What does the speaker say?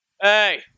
hey